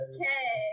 Okay